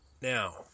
Now